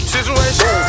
Situation